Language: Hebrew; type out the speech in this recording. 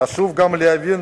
חשוב גם להבין